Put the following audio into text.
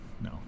No